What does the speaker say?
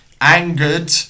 angered